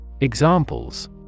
Examples